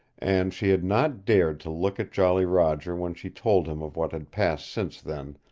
and she had not dared to look at jolly roger when she told him of what had passed since then,